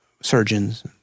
surgeons